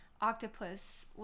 octopus